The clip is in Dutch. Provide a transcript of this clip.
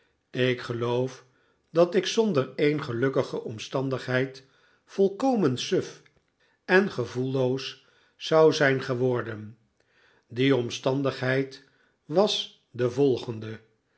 ik geloof dat ik zonder een gelukkige omstandigheid volkomen suf en gevoelloos zou zijn geworden die omstandigheid was de volgende